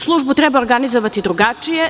Službu treba organizovati drugačije.